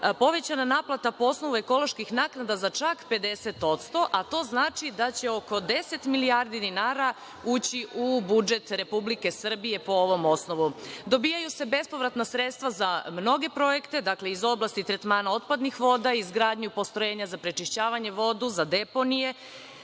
povećana naplata po osnovu ekoloških naknada za čak 50%, a to znači da će oko 10 milijardi dinara ući u budžet Republike Srbije po ovom osnovu. Dobijaju se bespovratna sredstva za mnoge projekte, dakle, iz oblasti tretmana otpadnih voda, izgradnju postrojenja za prečišćavanje, vodu, za deponije.